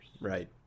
Right